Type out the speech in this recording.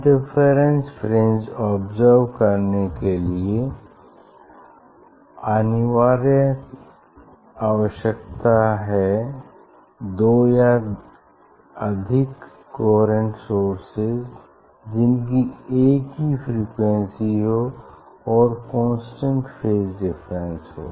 interference fringe observe करने के लिए अनिवार्य आवश्यकता हैं दो या अधिक कोहेरेंट सोर्सेज जिनकी एक ही फ्रीक्वेंसी हो और कांस्टेंट फेज डिफरेंस हो